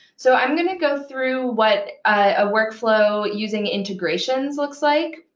so i'm going to go through what a workflow using integrations looks like,